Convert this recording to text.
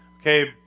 okay